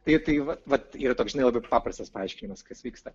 tai tai va vat yra toks žinai labai paprastas paaiškinimas kas vyksta